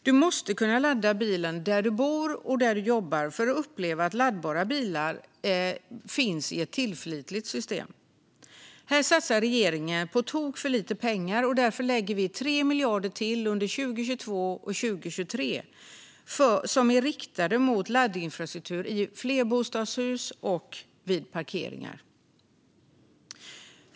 Du måste kunna ladda bilen där du bor och där du jobbar för att uppleva att laddbara bilar finns i ett tillförlitligt system. Här satsar regeringen på tok för lite pengar, och därför lägger vi 3 miljarder till under 2022 och 2023 som är riktade till laddinfrastruktur vid flerbostadshus och vid parkeringar.